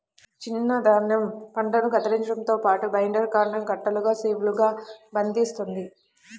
చిన్న ధాన్యం పంటను కత్తిరించడంతో పాటు, బైండర్ కాండం కట్టలుగా షీవ్లుగా బంధిస్తుంది